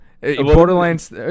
Borderlands